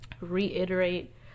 reiterate